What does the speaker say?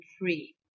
free